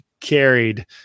carried